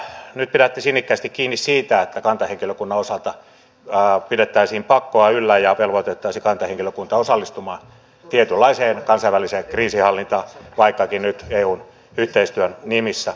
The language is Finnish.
nyt pidätte sinnikkäästi kiinni siitä että kantahenkilökunnan osalta pidettäisiin pakkoa yllä ja velvoitettaisiin kantahenkilökunta osallistumaan tietynlaiseen kansainväliseen kriisinhallintaan vaikkakin nyt eun yhteistyön nimissä